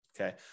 okay